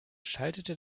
schaltete